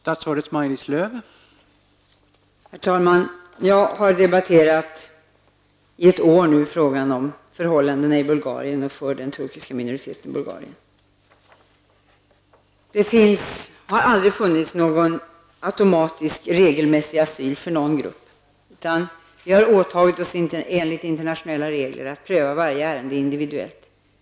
Herr talman! I ett år har jag debatterat frågan om förhållandena i Bulgarien och för den turkiska minoriteten i landet. Det finns inte och har aldrig funnits någon automatisk regelmässig asylrätt för någon flyktinggrupp. Vi har åtagit oss att enligt internationella regler pröva varje ärende individuellt.